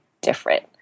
different